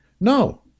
No